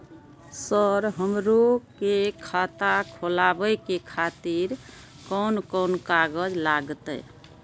Sir हमरो के खाता खोलावे के खातिर कोन कोन कागज लागते?